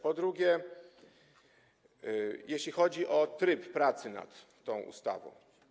Po drugie, jeśli chodzi o tryb pracy nad tą ustawą.